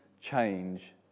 change